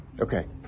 Okay